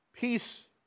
Peace